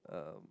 um